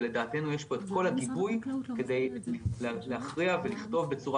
ולדעתנו יש פה את כל הגיבוי כדי להכריע ולכתוב בצורה